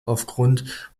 aufgrund